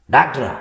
Doctor